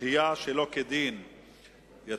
שהייה שלא כדין (איסור סיוע) (הוראות